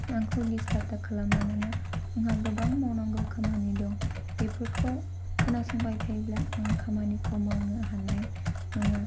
आंखौ डिस्टार्ब दाखालाम मानोना आंहा गोबां मावनांगौ खामानि दं बेफोरखौ खोनासंबाय थायोब्ला आं खामानिखौ मावनो हानाय नङा